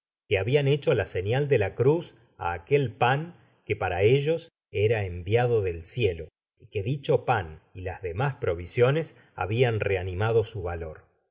que habian hecho la señal de la cruz á aquel pan que para ellos era enviado del cielo y que dicho pan y las demas provisiones habian reanimado su valor